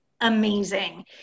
amazing